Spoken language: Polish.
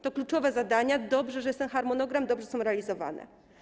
To kluczowe zadania, dobrze, że jest ten harmonogram, dobrze, że są one realizowane.